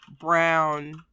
brown